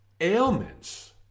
ailments